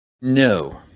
No